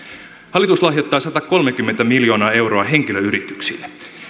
hallitus lahjoittaa satakolmekymmentä miljoonaa euroa henkilöyrityksille